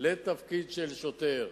לתפקיד של שוטר.